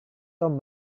tom